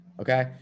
Okay